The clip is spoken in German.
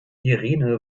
irene